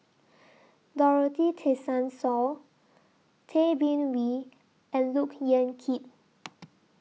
Dorothy Tessensohn Tay Bin Wee and Look Yan Kit